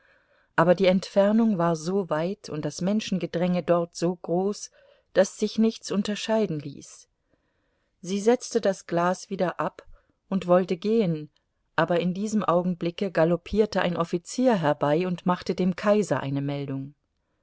aber die entfernung war so weit und das menschengedränge dort so groß daß sich nichts unterscheiden ließ sie setzte das glas wieder ab und wollte gehen aber in diesem augenblicke galoppierte ein offizier herbei und machte dem kaiser eine meldung